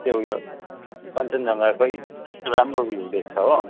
त्यो उयो कञ्चनजङ्घाकै राम्रो भ्यू देख्छ हो